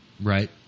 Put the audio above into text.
Right